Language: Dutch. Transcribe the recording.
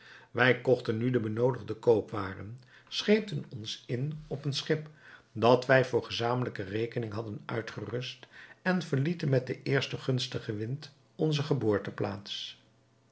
wij kochten nu de benoodigde koopwaren scheepten ons in op een schip dat wij voor gezamentlijke rekening hadden uitgerust en verlieten met den eersten gunstigen wind onze geboorteplaats